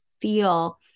feel